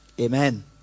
Amen